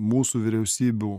mūsų vyriausybių